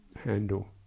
handle